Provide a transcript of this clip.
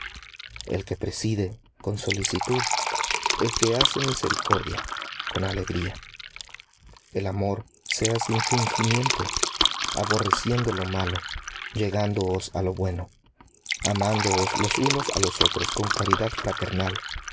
que preside con solicitud el que hace misericordia con alegría el amor sea sin fingimiento aborreciendo lo malo llegándoos á lo bueno amándoos los unos á los otros con caridad fraternal